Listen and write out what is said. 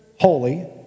holy